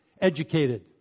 Educated